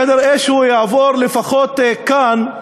כנראה הוא יעבור, לפחות כאן,